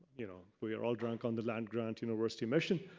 you know, we are all drunk on the land grant university mission.